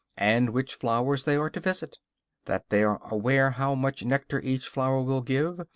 and which flowers they are to visit that they are aware how much nectar each flower will give,